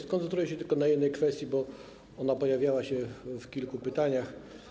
Skoncentruję się tylko na jednej kwestii, bo ona pojawiała się w kilku pytaniach.